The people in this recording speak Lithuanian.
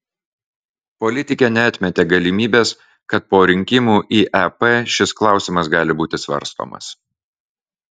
politikė neatmetė galimybės kad po rinkimų į ep šis klausimas gali būti svarstomas